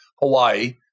Hawaii